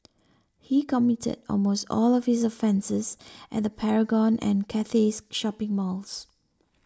he committed almost all of his offences at the Paragon and Cathay shopping malls